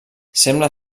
sembla